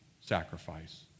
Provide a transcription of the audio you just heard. sacrifice